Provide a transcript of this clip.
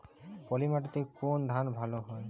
পলিমাটিতে কোন ধান ভালো হয়?